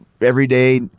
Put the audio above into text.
everyday